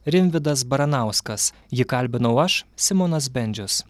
rimvydas baranauskas jį kalbinau aš simonas bendžius